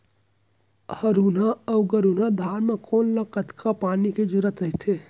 हरहुना अऊ गरहुना धान म कोन ला कतेक पानी के जरूरत रहिथे?